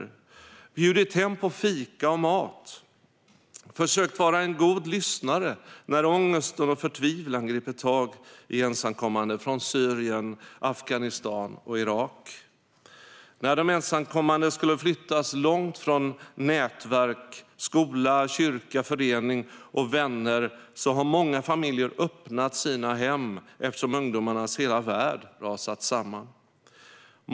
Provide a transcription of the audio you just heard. De har bjudit hem på fika och mat, försökt vara goda lyssnare när ångesten och förtvivlan gripit tag i ensamkommande från Syrien, Afghanistan och Irak. När de ensamkommande skulle flyttas långt från nätverk, skola, kyrka, förening och vänner har många familjer öppnat sina hem eftersom ungdomarnas hela värld har rasat samman.